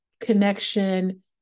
connection